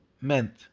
meant